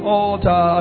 altar